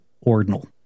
ordinal